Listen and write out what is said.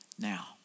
now